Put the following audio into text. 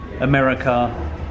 America